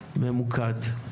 וממוקד ככל שהוא יכול.